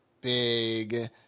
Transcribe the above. big